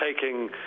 taking